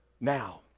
now